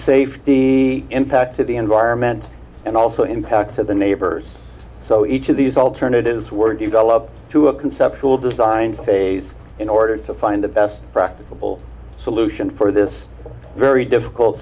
safety the impact to the environment and also impacts to the neighbors so each of these alternatives were developed to a conceptual design phase in order to find the best practicable solution for this very difficult